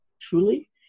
truly